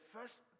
first